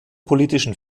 politischen